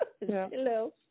Hello